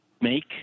make